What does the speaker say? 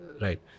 Right